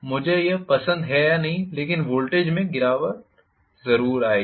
मुझे यह पसंद है या नहीं लेकिन वोल्टेज में कोई गिरावट होगी